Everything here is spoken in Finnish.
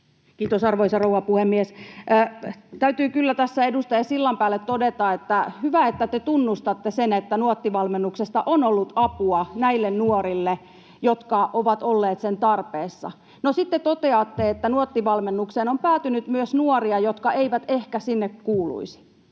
Kiitos, arvoisa rouva puhemies! Täytyy kyllä tässä edustaja Sillanpäälle todeta, että hyvä, että te tunnustatte sen, että Nuotti-valmennuksesta on ollut apua näille nuorille, jotka ovat olleet sen tarpeessa. No, sitten toteatte, että Nuotti-valmennukseen on päätynyt myös nuoria, jotka eivät ehkä sinne kuuluisi.